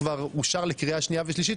התקיים והחוק כבר אושר לקריאה שנייה ושלישית,